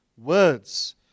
Words